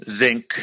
zinc